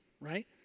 right